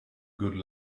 good